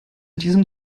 diesem